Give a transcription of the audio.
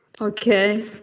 Okay